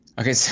Okay